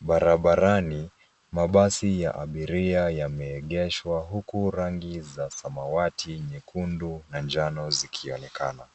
Barabarani, mabasi ya abiria yameegeshwa huku rangi za samawati, nyekundu na njano zikionekana.